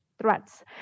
threats